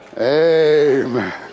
Amen